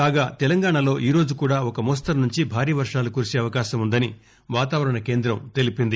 కాగా తెలంగాణాలో ఈరోజు కూడా ఒక మోస్తరు నుంచి భారీ వర్షాలు కురిసే అవకాశం వుందని వాతావరణ కేందం తెలిపింది